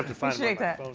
appreciate that.